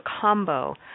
combo